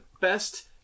best